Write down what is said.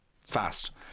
fast